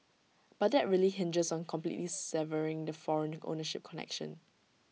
but that really hinges on completely severing the foreign ownership connection